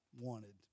wanted